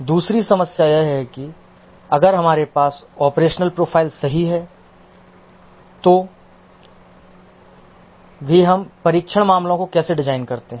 दूसरी समस्या यह है कि अगर हमारे पास ऑपरेशनल प्रोफाइल सही है तो भी हम परीक्षण मामलों को कैसे डिजाइन करते हैं